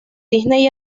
disney